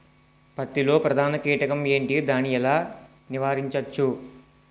పత్తి లో ప్రధాన కీటకం ఎంటి? దాని ఎలా నీవారించచ్చు?